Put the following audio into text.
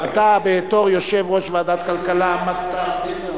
אתה בתור יושב-ראש ועדת הכלכלה אמרת בצורה